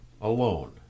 alone